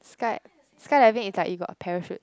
sky skydiving is like you go a parachute